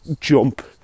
jump